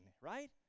right